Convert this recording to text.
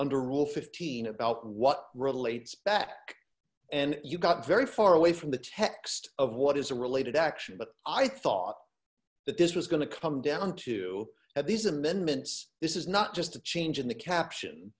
under rule fifteen about what relates back and you got very far away from the text of what is a related action but i thought that this was going to come down to that these amendments this is not just a change in the caption